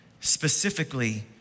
Specifically